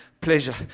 pleasure